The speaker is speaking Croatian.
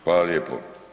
Hvala lijepo.